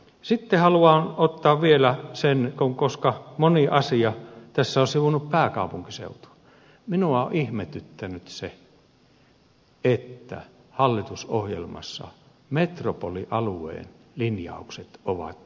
sitten haluan ottaa vielä sen koska moni asia tässä on sivunnut pääkaupunkiseutua että minua on ihmetyttänyt se että hallitusohjelmassa metropolialueen linjaukset ovat todella kevyet